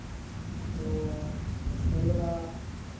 ᱱᱚᱣᱟ ᱥᱮᱸᱫᱽᱨᱟ